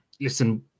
listen